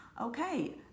Okay